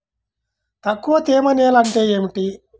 తక్కువ తేమ నేల అంటే ఏమిటి?